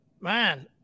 man